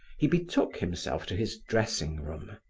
he betook himself to his dressing room.